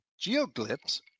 geoglyphs